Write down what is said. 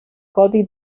codi